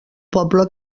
poble